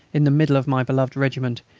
in the middle of my beloved regiment,